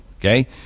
Okay